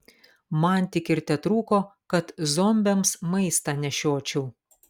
man tik ir tetrūko kad zombiams maistą nešiočiau